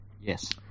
Yes